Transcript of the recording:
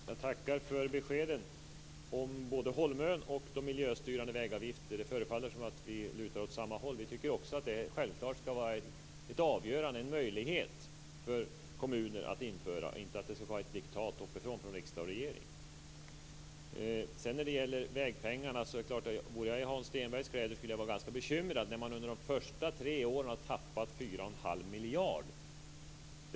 Fru talman! Jag tackar för beskeden både om Holmön och de miljöstyrande vägavgifterna. Det förefaller som att vi lutar åt samma håll. Centerpartiet tycker självklart också att det ska vara en möjlighet för kommuner att införa sådana avgifter inte att det ska vara ett diktat uppifrån från riksdag och regering. Jag skulle vara ganska bekymrad som jag vore i Hans Stenbergs kläder när man under de första tre åren har tappat 4 1⁄2 miljard av vägpengarna.